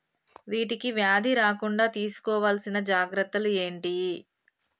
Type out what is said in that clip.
వీటికి వ్యాధి రాకుండా తీసుకోవాల్సిన జాగ్రత్తలు ఏంటియి?